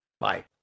Bye